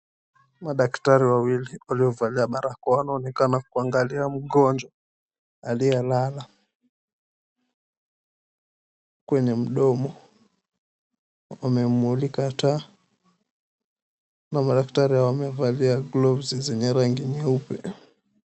Madaktari wawili waliovalia barakoa wanaonekana kumuangalia mgonjwa aliyelala, kwenye mdomo. Wamemmulika taa na madaktari wamevalia gloves zenye rangi nyeupe.